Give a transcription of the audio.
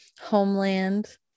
homeland